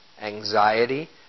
anxiety